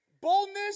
boldness